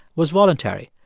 was voluntary.